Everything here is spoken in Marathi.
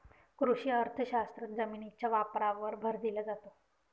कृषी अर्थशास्त्रात जमिनीच्या वापरावर भर दिला जातो